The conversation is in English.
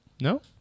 No